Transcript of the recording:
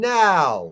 now